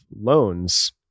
loans